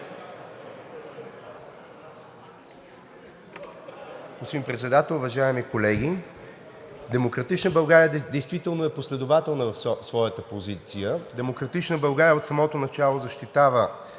„Демократична България“ действително е последователна в своята позиция. „Демократична България“ от самото начало защитава